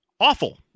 awful